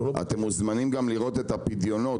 אתם מוזמנים לראות גם את הפדיון,